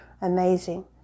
amazing